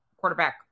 quarterback